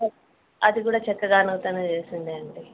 అది కూడా చెక్కగానుగతోనే చేసిందే అండి